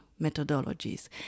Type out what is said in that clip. methodologies